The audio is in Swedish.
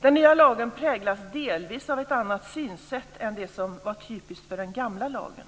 Den nya lagen präglas delvis av ett annat synsätt än det som var typiskt för den gamla lagen.